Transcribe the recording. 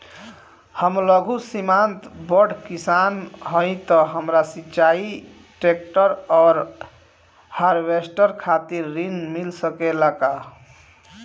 हम लघु सीमांत बड़ किसान हईं त हमरा सिंचाई ट्रेक्टर और हार्वेस्टर खातिर ऋण मिल सकेला का?